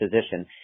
position